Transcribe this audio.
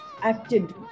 acted